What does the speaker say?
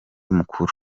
mukuru